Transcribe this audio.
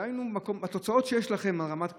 דהיינו, במקום, בתוצאות שיש לכם על רמת הקליטה,